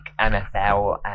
NFL